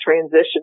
transition